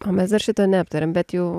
o mes dar šito neaptarėm bet jau